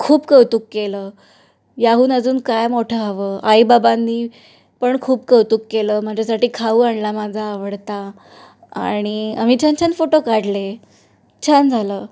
खूप कौतुक केलं याहून अजून काय मोठं हवं आईबाबांनी पण खूप कौतुक केलं माझ्यासाठी खाऊ आणला माझा आवडता आणि आम्ही छान छान फोटो काढले छान झालं